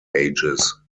ages